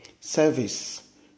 Service